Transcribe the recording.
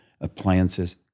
appliances